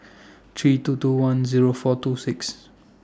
three two two one Zero four two six